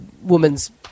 woman's